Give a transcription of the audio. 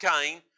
Cain